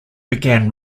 began